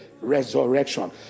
resurrection